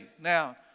Now